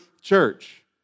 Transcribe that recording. church